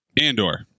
Andor